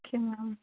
okay ma'am